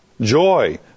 joy